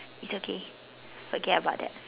it's okay forget about that